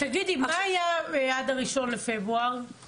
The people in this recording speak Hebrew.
מה היה עד ה-1 לפברואר?